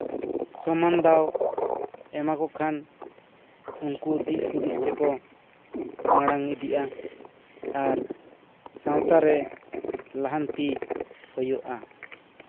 ᱥᱚᱢᱟᱱ ᱫᱟᱣ ᱮᱢᱟ ᱠᱚ ᱠᱷᱟᱱ ᱫᱤᱥ ᱦᱩᱫᱤᱥ ᱛᱮᱠᱚ ᱢᱟᱲᱟᱝ ᱤᱫᱤᱜᱼᱟ ᱟᱨ ᱥᱟᱶᱛᱟᱨᱮ ᱞᱟᱦᱟᱱᱛᱤ ᱦᱩᱭᱩᱜᱼᱟ